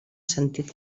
sentit